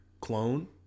clone